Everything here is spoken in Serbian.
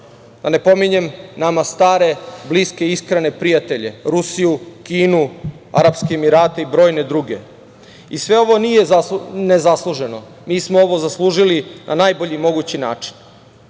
Da ne pominjem nama stare, bliske i iskrene prijatelje Rusiju, Kinu, Arapske Emirate i brojne druge. Sve ovo nije ne zasluženo. Mi smo ovo zaslužili na najbolji mogući način,